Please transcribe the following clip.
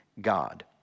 God